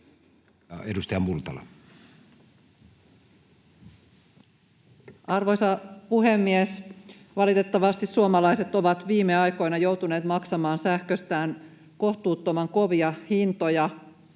14:10 Content: Arvoisa puhemies! Valitettavasti suomalaiset ovat viime aikoina joutuneet maksamaan sähköstään kohtuuttoman kovia hintoja,